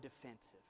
defensive